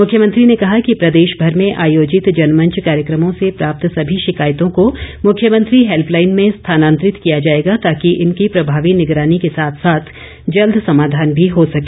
मुख्यमंत्री ने कहा कि प्रदेश भर में आयोजित जनमंच कार्यक्रमों से प्राप्त सभी शिकायतों को मुख्यमंत्री हैल्पलाईन में स्थानांतरित किया जाएगा ताकि इनकी प्रभावी निगरानी के साथ साथ जल्द समाधान भी हो सके